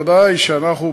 ודאי שאנחנו פתוחים.